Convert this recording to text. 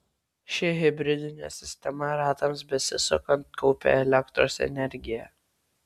ši hibridinė sistema ratams besisukant kaupia elektros energiją